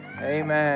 Amen